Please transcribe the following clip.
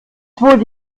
wurde